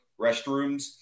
restrooms